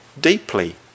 deeply